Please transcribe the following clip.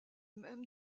même